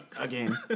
Again